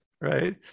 right